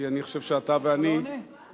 כי אני חושב שאתה ואני, אתה לא עונה?